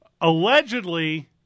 Allegedly